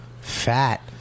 Fat